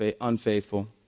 unfaithful